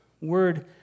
word